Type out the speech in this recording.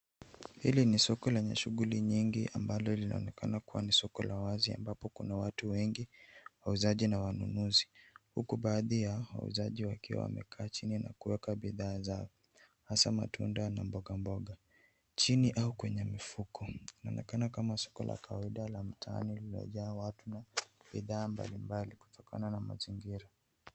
Hili ni soko lenye shughuli nyingi ambalo linaonekana kuwa ni soko la wazi ambapo kuna watu wengi wauzaji na wanunuzi huku baadhi ya wauzaji wakiwa wamekaa chini na kuweka bidhaa zao hasa matunda na mboga mboga. Chini au kwenye mfuko inaonekana kama soko la kawaida la mtaani na limejaa watu na bidhaa mbalimbali kutokana na mazingira.